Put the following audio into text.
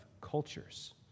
cultures